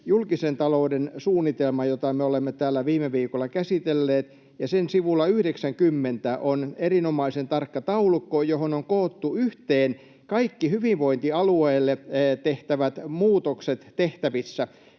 julkisen talouden suunnitelman, jota me olemme täällä viime viikolla käsitelleet, ja sen sivulla 90 on erinomaisen tarkka taulukko, johon on koottu yhteen kaikki hyvinvointialueille tehtävät muutokset tehtävissä.